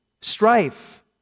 strife